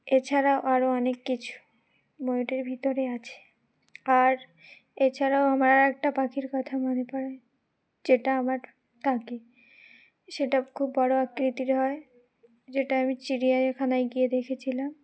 এছাড়াও আরও অনেক কিছু ময়ূরের ভিতরে আছে আর এছাড়াও আমার আর একটা পাখির কথা মনে পড়ে যেটা আমার থাকে সেটা খুব বড়ো আকৃতির হয় যেটা আমি চিড়িয়াখানায় গিয়ে দেখেছিলাম